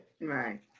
Right